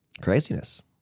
Craziness